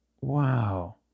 Wow